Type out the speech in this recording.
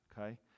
okay